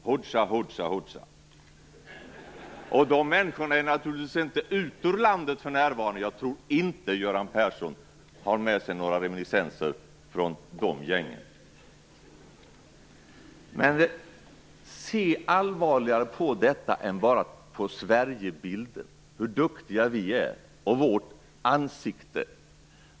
Hoxha, Hoxha, Hoxha! De människorna är naturligtvis inte ute ur landet för närvarande. Jag tror inte att Göran Persson har några reminiscenser från de gängen. Men se allvarligt på detta. Se mer än bara Sverigebilden, vårt ansikte och hur duktiga vi är.